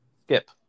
skip